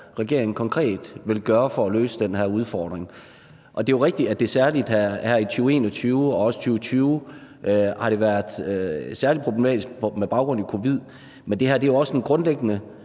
regeringen konkret vil gøre for at løse den her udfordring. Det er rigtigt, at det især her i 2021, men også i 2020, har været særlig problematisk på grund af covid-19, men det er jo også et grundlæggende